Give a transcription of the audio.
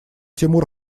тимур